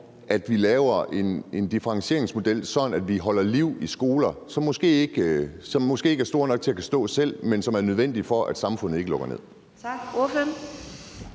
at vi laver en differentieret model, sådan at vi holder liv i skoler, som måske ikke er store nok til at kunne stå selv, men som er nødvendige for, at lokalsamfundet ikke lukker ned?